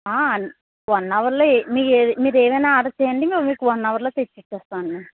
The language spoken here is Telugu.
వన్ అవర్లో మీరు ఏదైనా ఆర్డర్ చెయ్యండి మేము మీకు వన్ అవర్లో తెచ్చి ఇచ్చేస్తాము అండి